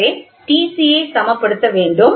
எனவே Tc ஐ சமப்படுத்த வேண்டும்